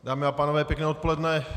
Dámy a pánové, pěkné odpoledne.